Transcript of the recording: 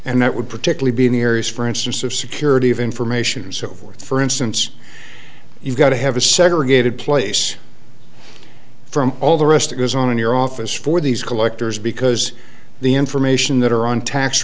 and that would particularly be in the areas for instance of security of information and so forth for instance you've got to have a segregated place from all the rest goes on in your office for these collectors because the information that are on tax